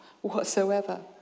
whatsoever